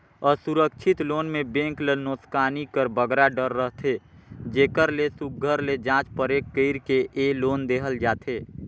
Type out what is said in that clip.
असुरक्छित लोन में बेंक ल नोसकानी कर बगरा डर रहथे जेकर ले सुग्घर ले जाँच परेख कइर के ए लोन देहल जाथे